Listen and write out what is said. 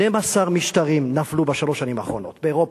12 משטרים נפלו בשנים האחרונות באירופה,